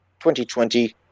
2020